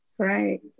Right